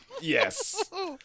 Yes